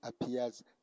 appears